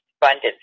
funded